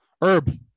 herb